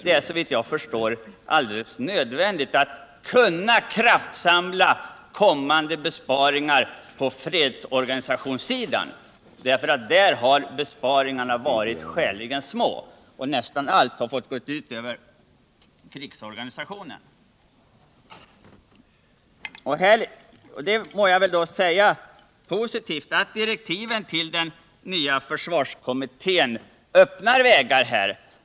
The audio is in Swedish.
Det är såvitt jag förstår alldeles nödvändigt att kunna kraftsamla kommande besparingar på fredsorganisationssidan, eftersom besparingarna där hittills varit skäligen små. Nästan allt har fått gå ut över krigsorganisationen. Som positivt må jag väl framhålla att direktiven till den nya försvarskommittén Öppnar vägar här.